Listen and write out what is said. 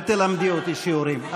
אל תלמדי אותי שיעורים,